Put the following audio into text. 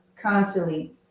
constantly